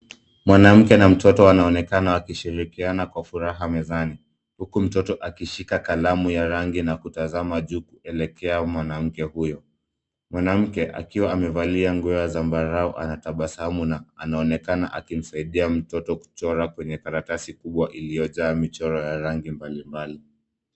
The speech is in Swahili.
Mwanamke na mtoto wanaonekana wakishirikiana kwa furaha mezani, huku mtoto akishika kalamu ya rangi na kutamaza juu kuelekea mwanamke huyo. Mwanamke akiwa amevalia nguo ya zambarau anatabasamu na anaonekana akimsaidia mtoto kuchora kwenye karatasi kubwa iliyojaa michoro ya rangi mbalimbali.